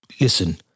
listen